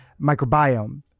microbiome